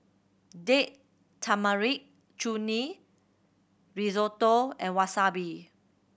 Date Tamarind Chutney Risotto and Wasabi